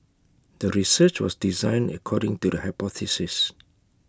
the research was designed according to the hypothesis